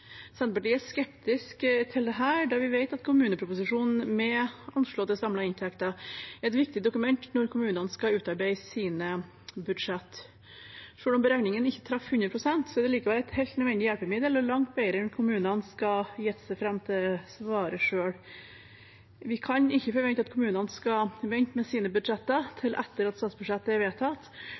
Senterpartiet er skeptisk til dette, da vi vet at kommuneproposisjonen med anslåtte samlede inntekter er et viktig dokument når kommunene skal utarbeide sine budsjett. For om beregningen ikke treffer 100 pst., er den likevel et helt nødvendig hjelpemiddel og langt bedre enn om kommunene skal gjette seg fram til svaret selv. Vi kan ikke forvente at kommunene skal vente med sine budsjetter til etter at statsbudsjettet er vedtatt,